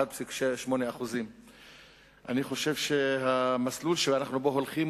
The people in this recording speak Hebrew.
1.8%. אני חושב שהמסלול שבו אנחנו הולכים